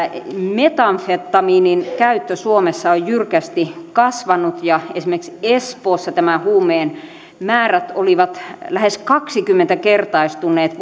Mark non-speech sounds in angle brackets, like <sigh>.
metamfetamiinin käyttö suomessa on jyrkästi kasvanut ja esimerkiksi espoossa tämän huumeen määrät olivat lähes kaksikymmentä kertaistuneet <unintelligible>